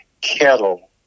Kettle